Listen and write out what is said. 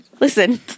listen